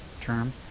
term